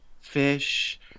fish